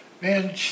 Man